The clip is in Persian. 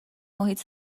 محیط